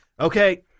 okay